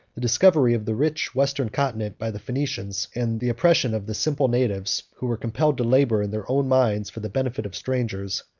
the discovery of the rich western continent by the phoenicians, and the oppression of the simple natives, who were compelled to labor in their own mines for the benefit of strangers,